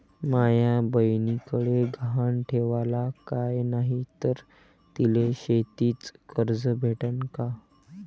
माया बयनीकडे गहान ठेवाला काय नाही तर तिले शेतीच कर्ज भेटन का?